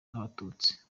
n’abatutsi